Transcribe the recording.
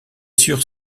sur